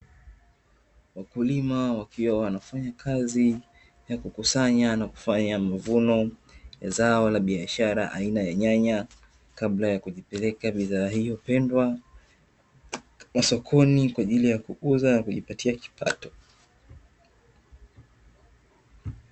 Wakulima wakiwa wanafanya kazi ya kukusanya na kufanya mavuno ya zao la biashara aina ya nyanya, kabla ya kuzipeleka bidhaa hiyo pendwa masokoni kwa ajili ya kuuza na kujipatia kipato.